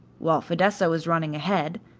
while fidessa was running ahead,